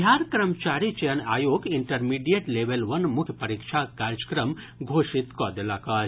बिहार कर्मचारी चयन आयोग इंटरमीडिएट लेवल वन मुख्य परीक्षाक कार्यक्रम घोषित कऽ देलक अछि